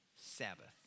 Sabbath